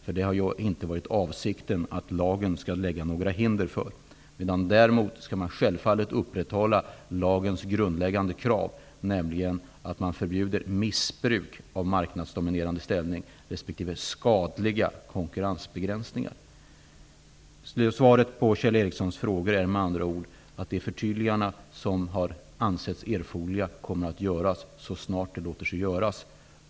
Avsikten har inte varit att lagen skall lägga några hinder i vägen för det. Däremot skall man självfallet upprätthålla lagens grundläggande krav, nämligen ett förbud för missbruk av marknadsdominerande ställning respektive skadliga konkurrensbegränsningar. Svaret på Kjell Ericssons frågor är med andra ord att de förtydliganden som har ansetts erforderliga kommer att göras så snart det låter sig göras.